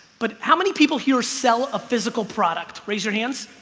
but how many people here sell a physical product raise your hands?